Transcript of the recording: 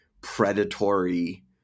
predatory